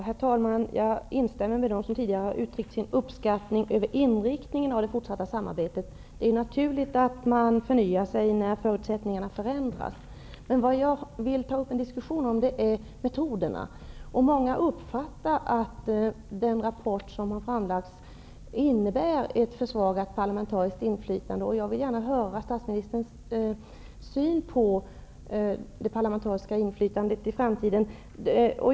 Herr talman! Jag instämmer med dem som tidigare har uttryckt sin uppskattning över inriktningen av det fortsatta samarbetet. Det är naturligt att man förnyar sig när förutsättningarna förändras. Men jag vill ta upp en diskussion om metoderna. Många uppfattar det så, att den rapport som har framlagts innebär ett försvagat parlamentariskt inflytande. Jag vill att statsministern redovisar sin syn på det parlamentariska inflytandet i framtiden.